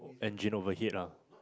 engine overheat lah